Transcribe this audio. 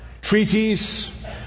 treaties